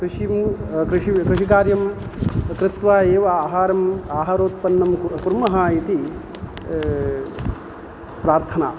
कृषिं कृषि कृषिकार्यं कृत्वा एव आहारं आहारोत्पन्नं कुर्मः इति प्रार्थना